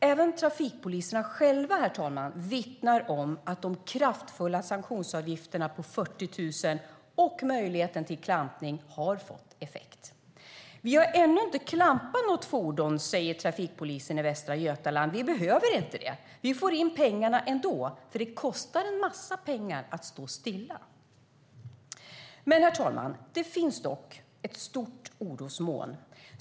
Även trafikpoliserna själva vittnar om att de kraftfulla sanktionsavgifterna på 40 000 kronor och möjligheten till klampning har fått effekt. "Vi har inte klampat något fordon", säger trafikpolisen i Västra Götaland. "Vi behöver inte. Vi får in pengarna ändå . Det kostar en massa pengar att stå stilla ." Men, herr talman, det finns ett stort orosmoln.